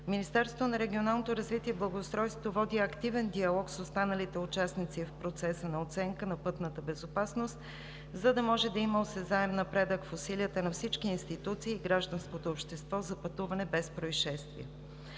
Министерството на регионалното развитие и благоустройството води активен диалог с останалите участници в процеса на оценка на пътната безопасност, за да може да има осезаем напредък в усилията на всички институции и гражданското общество за пътуване без произшествия.